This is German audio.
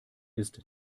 ist